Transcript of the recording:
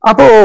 Apo